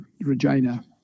Regina